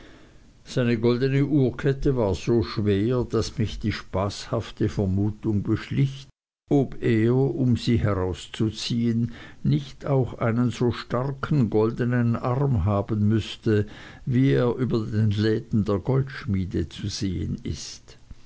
seine goldne uhrkette war so schwer daß mich die spaßhafte vermutung beschlich ob er um sie herauszuziehen nicht auch einen so starken goldnen arm haben müßte wie er über den läden der goldschmiede zu sehen ist